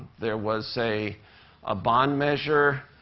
there was a ah bond measure